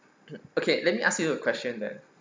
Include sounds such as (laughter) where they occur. (coughs) okay let me ask you a question then